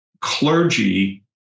clergy